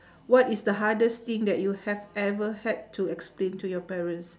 what is the hardest thing that you have ever had to explain to your parents